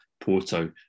Porto